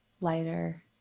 lighter